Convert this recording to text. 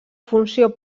funció